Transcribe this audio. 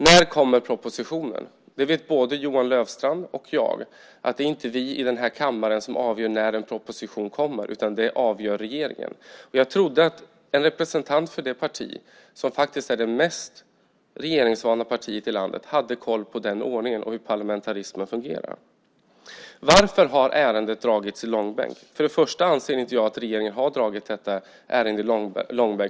När kommer propositionen? Det vet både Johan Löfstrand och jag. Det är inte vi i kammaren som avgör när en proposition kommer. Det avgör regeringen. Jag trodde att en representant för det parti som faktiskt är det mest regeringsvana partiet i landet hade koll på hur parlamentarismen fungerar. Varför har ärendet dragits i långbänk? Först och främst anser jag inte att regeringen har dragit ärendet i långbänk.